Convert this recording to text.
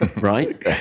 right